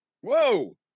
Whoa